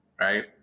right